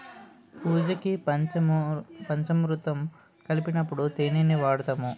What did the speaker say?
పూజకి పంచామురుతం కలిపినప్పుడు తేనిని వాడుతాము